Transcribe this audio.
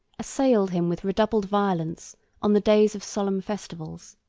assailed him with redoubled violence on the days of solemn festivals.